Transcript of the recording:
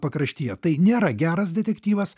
pakraštyje tai nėra geras detektyvas